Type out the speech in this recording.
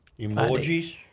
Emojis